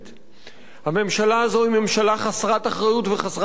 הממשלה הזו היא ממשלה חסרת אחריות וחסרת מצפון.